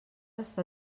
està